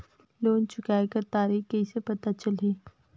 Loan चुकाय कर तारीक कइसे पता चलही?